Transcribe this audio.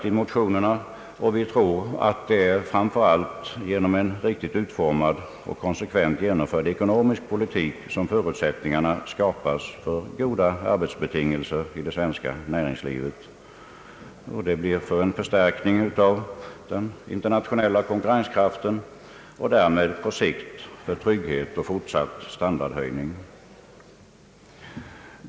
I motionerna har vi anfört att det framför allt är genom riktigt utformad och konsekvent genomförd ekonomisk politik som förutsättningar skapas för goda arbetsbetingelser i det svenska näringslivet, för förstärkning av dess internationella konkurrenskraft och därmed på sikt för trygghet och fortsatt standardhöjning.